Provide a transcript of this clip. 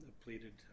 pleaded